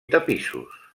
tapissos